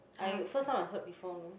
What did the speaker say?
I first time I heard before know